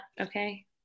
okay